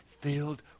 filled